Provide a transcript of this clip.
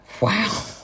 Wow